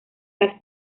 las